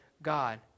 God